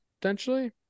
potentially